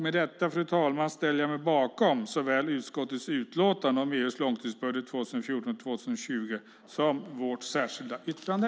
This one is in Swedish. Med detta, fru talman, ställer jag mig bakom såväl förslaget i utskottets utlåtande om EU:s långtidsbudget 2014-2020 som vårt särskilda yttrande.